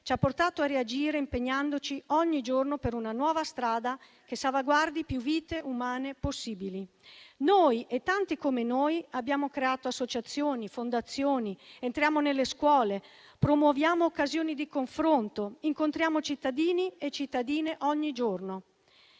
ci ha portato a reagire impegnandoci ogni giorno per una nuova strada che salvaguardi più vite umane possibili. Noi e tanti come noi abbiamo creato associazioni e fondazioni, entriamo nelle scuole, promuoviamo occasioni di confronto e incontriamo cittadini e cittadine ogni giorno.